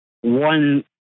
one